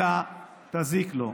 אלא היא תזיק לו.